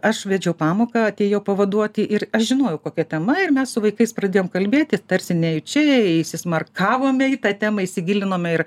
aš vedžiau pamoką atėjau pavaduoti ir aš žinojau kokia tema ir mes su vaikais pradėjom kalbėti tarsi nejučia įsismarkavome į tą temą įsigilinome ir